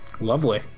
Lovely